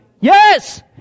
Yes